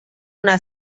una